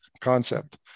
concept